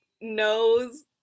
knows